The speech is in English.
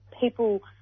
people